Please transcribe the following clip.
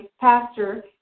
pastor